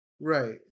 right